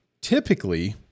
typically